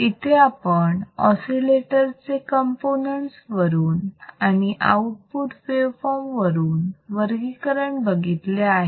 इथे आपण ऑसिलेटर चे कंपोनेंट्स वरून आणि आउटपुट वेव फॉर्म वरून वर्गीकरण बघितले आहे